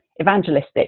evangelistic